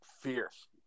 fierce